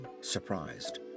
surprised